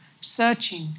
searching